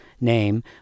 name